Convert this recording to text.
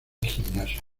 gimnasio